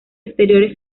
exteriores